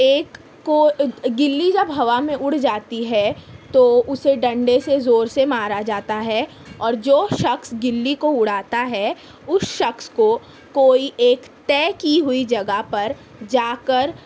ایک کو گلی جب ہوا میں اڑ جاتی ہے تو اسے ڈنڈے سے زور سے مارا جاتا ہے اور جو شخص گلی کو اڑاتا ہے اس شخص کو کوئی ایک طے کی ہوئی جگہ پر جا کر